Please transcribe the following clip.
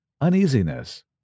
uneasiness